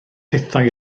hithau